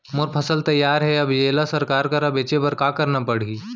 मोर फसल तैयार हे अब येला सरकार करा बेचे बर का करना पड़ही?